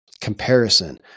Comparison